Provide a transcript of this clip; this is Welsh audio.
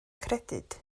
credyd